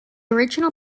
original